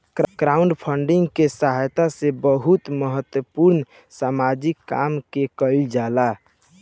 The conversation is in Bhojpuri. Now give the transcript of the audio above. क्राउडफंडिंग के सहायता से बहुत महत्वपूर्ण सामाजिक काम के कईल जाला